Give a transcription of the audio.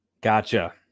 gotcha